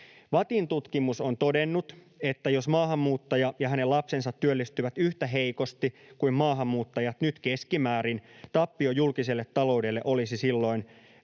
VATTin tutkimus on todennut, että jos maahanmuuttaja ja hänen lapsensa työllistyvät yhtä heikosti kuin maahanmuuttajat nyt keskimäärin, tappio julkiselle taloudelle olisi silloin